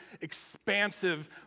expansive